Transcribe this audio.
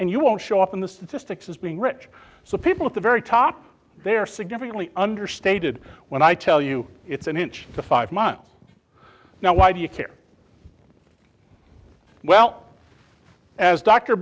and you won't show up in the statistics as being rich so people at the very top they're significantly understated when i tell you it's an inch to five month now why do you care well as dr